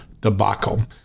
debacle